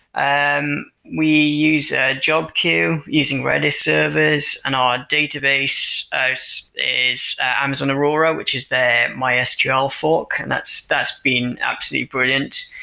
um we use ah job queue, using reddit servers and our database is amazon aurora, which is the mysql fork, and that's that's been absolutely brilliant.